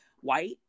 white